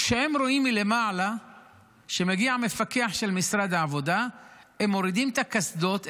כשהם רואים מלמעלה שמגיע מפקח של משרד העבודה הם מורידים את הקסדות,